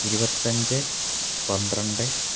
ഇരുപത്തഞ്ച് പന്ത്രണ്ട്